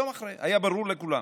יום אחרי היה ברור לכולם.